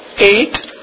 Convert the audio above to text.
Eight